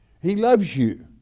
he loves you.